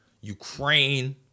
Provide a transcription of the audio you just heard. Ukraine